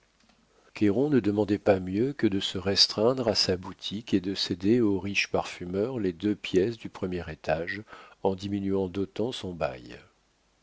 cayron ne demandait pas mieux que de se restreindre à sa boutique et de céder au riche parfumeur les deux pièces du premier étage en diminuant d'autant son bail